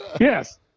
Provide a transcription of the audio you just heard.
Yes